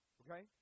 okay